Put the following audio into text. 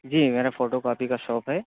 جی میرا photo copy کا shop ہے